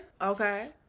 Okay